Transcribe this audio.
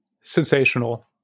sensational